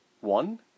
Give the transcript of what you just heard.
one